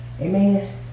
Amen